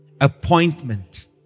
Appointment